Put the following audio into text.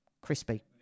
Crispy